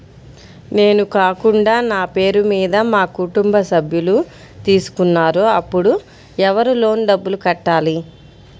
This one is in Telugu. నేను కాకుండా నా పేరు మీద మా కుటుంబ సభ్యులు తీసుకున్నారు అప్పుడు ఎవరు లోన్ డబ్బులు కట్టాలి?